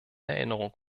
erinnerung